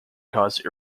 cause